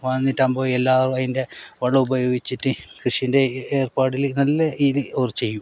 വന്നിട്ടാകുമ്പോൾ എല്ലാ അതിൻ്റെ വെള്ളം ഉപയോഗിച്ചിട്ടു കൃഷീൻ്റെ ഏർപ്പാടിൽ നല്ല ഇതിൽ ഓർ ചെയ്യും